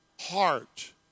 heart